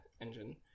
engine